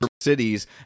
cities